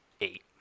eight